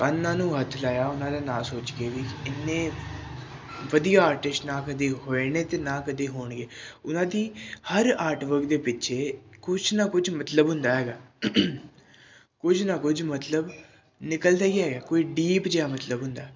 ਕੰਨਾਂ ਨੂੰ ਹੱਥ ਲਾਇਆ ਉਹਨਾਂ ਦੇ ਨਾਂ ਸੋਚ ਕੇ ਵੀ ਇੰਨੇ ਵਧੀਆ ਆਰਟਿਸਟ ਨਾ ਕਦੇ ਹੋਏ ਨੇ ਅਤੇ ਨਾ ਕਦੇ ਹੋਣਗੇ ਉਨ੍ਹਾਂ ਦੀ ਹਰ ਆਰਟ ਵਰਕ ਦੇ ਪਿੱਛੇ ਕੁਛ ਨਾ ਕੁਛ ਮਤਲਬ ਹੁੰਦਾ ਹੈਗਾ ਕੁਝ ਨਾ ਕੁਝ ਮਤਲਬ ਨਿਕਲਦਾ ਹੀ ਹੈ ਕੋਈ ਡੀਪ ਜਿਹਾ ਮਤਲਬ ਹੁੰਦਾ